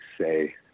say